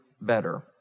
better